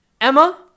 Emma